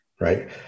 Right